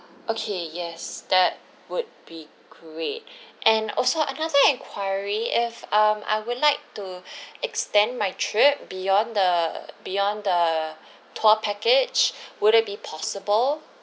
okay yes that would be great and also another enquiry if um I would like to extend my trip beyond the beyond the tour package would it be possible